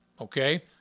Okay